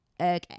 okay